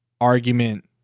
argument